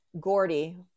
Gordy